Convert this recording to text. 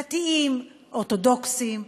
דתיים אורתודוקסים,